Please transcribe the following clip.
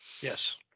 Yes